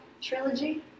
Trilogy